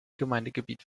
gemeindegebiet